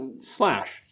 slash